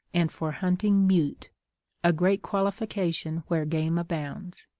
and for hunting mute a great qualification where game abounds.